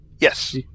Yes